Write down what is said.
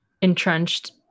entrenched